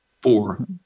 Four